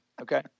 Okay